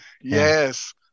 Yes